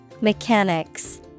Mechanics